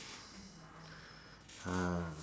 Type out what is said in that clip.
ah